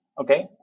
okay